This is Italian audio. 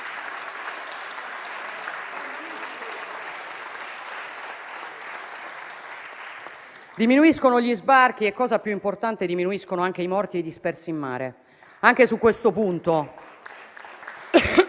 Diminuiscono gli sbarchi e, cosa più importante, diminuiscono anche i morti e i dispersi in mare. Anche su questo punto